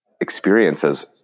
experiences